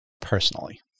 personally